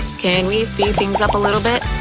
can we speed things up a little bit?